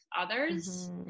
others